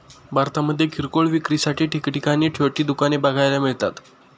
भारतामध्ये किरकोळ विक्रीसाठी ठिकठिकाणी छोटी दुकाने बघायला मिळतात